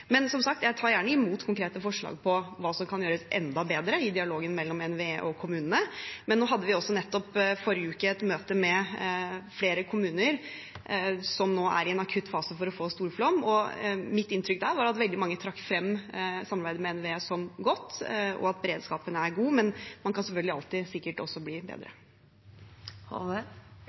Men som sagt tar jeg gjerne imot konkrete forslag om hva som kan gjøres enda bedre, i dialogen mellom NVE og kommunene. Nå hadde vi nettopp forrige uke et møte med flere kommuner som nå er i en akutt fase for å få storflom, og mitt inntrykk der var at veldig mange trakk frem samarbeidet med NVE som godt, og at beredskapen er god, men man kan selvfølgelig sikkert alltid bli bedre.